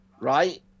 right